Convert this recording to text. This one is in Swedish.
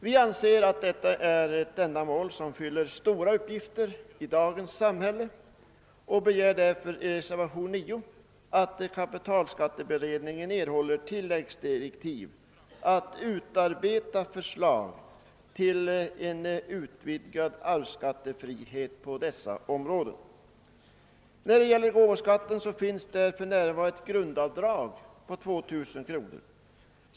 Vi anser att sådan verksamhet fyller stora uppgifter i dagens samhälle och begär därför i reservationen 9 att kapitalskatteberedningen erhåller tilläggsdirektiv att utarbeta förslag om befrielse från arvsskatt för sammanslutningar av detta slag. Beträffande gåvoskatten tillämpas för närvarande ett grundavdrag på 2 000 kr.